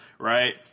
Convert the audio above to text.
Right